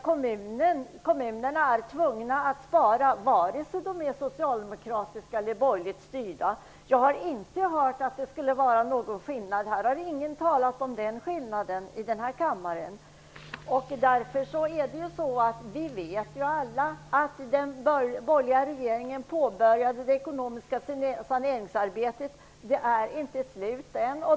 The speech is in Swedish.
Kommunerna är tvungna att spara, vare sig de är socialdemokratiskt eller borgerligt styrda. Jag har inte hört att det skulle vara någon skillnad. Det har inte någon talat om i denna kammare. Vi vet ju alla att den borgerliga regeringen påbörjade det ekonomiska saneringsarbetet. Det är inte slut än.